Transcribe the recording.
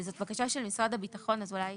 זאת בקשה של משרד הביטחון, אז אולי